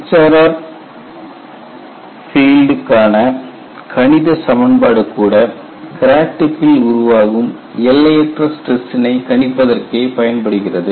HRR பீல்டுக்கான கணித சமன்பாடு கூட கிராக் டிப்பில் உருவாகும் எல்லையற்ற ஸ்டிரஸ்சினை கணிப்பதற்கே பயன்படுகிறது